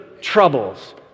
troubles